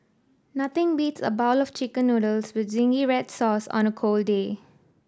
nothing beats a bowl of Chicken Noodles with zingy red sauce on a cold day